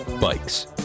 bikes